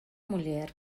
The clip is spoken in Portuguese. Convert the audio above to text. mulher